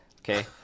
Okay